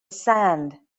sand